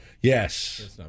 Yes